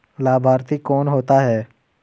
लाभार्थी कौन होता है?